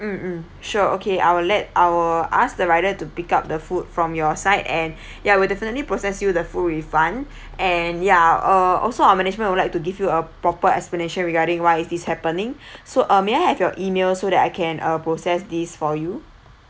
mm mm sure okay I'll let I'll ask the rider to pick up the food from your side and yeah we'll definitely process you the full refund and ya uh also our management would like to give you a proper explanation regarding why is this happening so um may I have your email so that I can uh process this for you